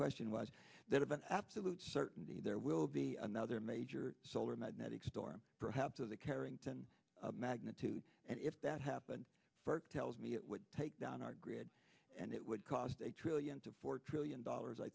question was that of an absolute certainty there will be another major solar magnetic storm perhaps of the carington magnitude and if that happened tells me it would take down our grid and it would cost a trillion to four trillion dollars i